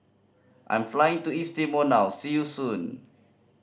I'm flying to East Timor now see you soon